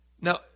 Now